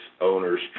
owners